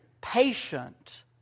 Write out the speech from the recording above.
patient